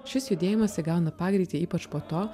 šis judėjimas įgauna pagreitį ypač po to